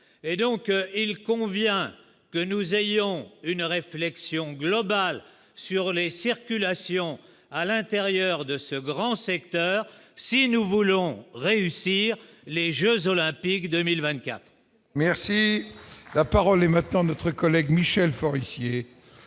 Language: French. et donc il convient que nous ayons une réflexion globale sur les circulations à l'intérieur de ce grand secteur si nous voulons réussir, les jeux olympiques 2024. Merci, la parole est maintenant notre collègue Michel Forissier,